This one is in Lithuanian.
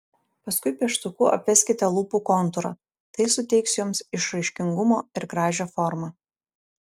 paskui pieštuku apveskite lūpų kontūrą tai suteiks joms išraiškingumo ir gražią formą